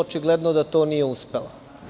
Očigledno je da to nije uspelo.